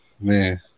man